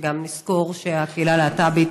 שגם נזכור שהקהילה הלהט"בית